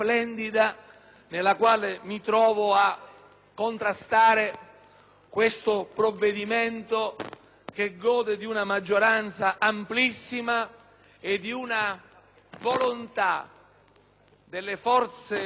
questo provvedimento che gode di una maggioranza amplissima e la forte volontà delle forze politiche più importanti del nostro Paese